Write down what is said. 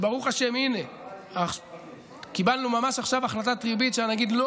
וברוך השם קיבלנו ממש עכשיו החלטת ריבית שהנגיד לא